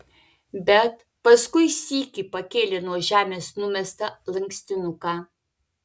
bet paskui sykį pakėlė nuo žemės numestą lankstinuką